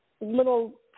little